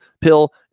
pill